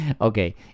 Okay